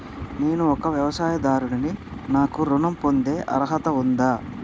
నేను ఒక వ్యవసాయదారుడిని నాకు ఋణం పొందే అర్హత ఉందా?